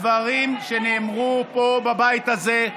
הדברים שנאמרו פה, בבית הזה,